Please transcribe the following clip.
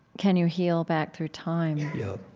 can you heal back through time? yeah.